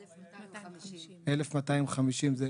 1,250. זה